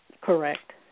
Correct